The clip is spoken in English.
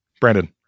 Brandon